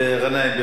בבקשה.